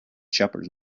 shepherds